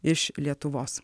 iš lietuvos